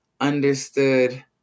understood